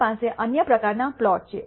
તમારી પાસે અન્ય પ્રકારના પ્લોટ છે